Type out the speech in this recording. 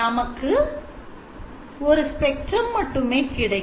நமக்கு ஒரு spectrum மட்டுமே கிடைக்கும்